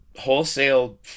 wholesale